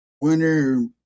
winner